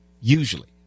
usually